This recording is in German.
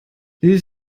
die